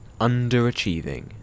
underachieving